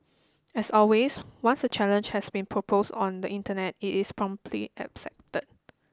as always once a challenge has been proposed on the Internet it is promptly accepted